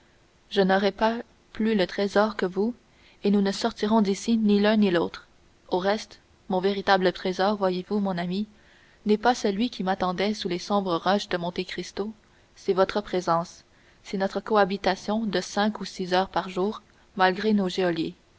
je n'aurai pas plus le trésor que vous et nous ne sortirons d'ici ni l'un ni l'autre au reste mon véritable trésor voyez-vous mon ami n'est pas celui qui m'attendait sous les sombres roches de monte cristo c'est votre présence c'est notre cohabitation de cinq ou six heures par jour malgré nos